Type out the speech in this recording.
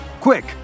Quick